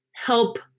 help